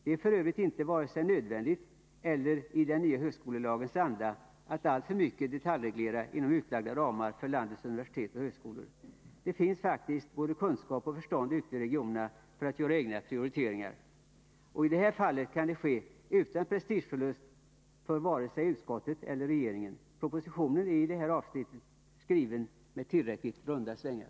Det är f. ö. inte vare sig nödvändigt eller i den nya högskolelagens anda att alltför mycket detaljreglera inom utlagda ramar för landets universitet och högskolor. Det finns faktiskt både kunskap och förstånd ute i regionerna för att göra egna prioriteringar. Och i det här fallet kan det ske utan prestigeförlust för vare sig utskottet eller regeringen. Propositionen är i detta avsnitt skriven med tillräckligt runda svängar!